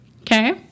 Okay